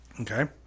Okay